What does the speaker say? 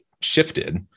shifted